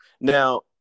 Now